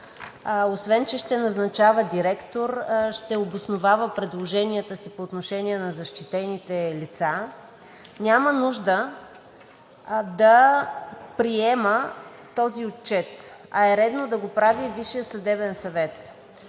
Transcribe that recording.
освен че ще назначава директор, ще обосновава предложенията си по отношение на защитените лица, няма нужда да приема този отчет, а е редно да го прави Висшият съдебен съвет.